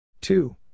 two